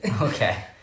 okay